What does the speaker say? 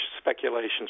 speculations